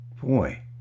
boy